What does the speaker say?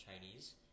Chinese